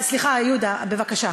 סליחה, יהודה, בבקשה.